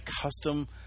custom